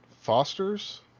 Foster's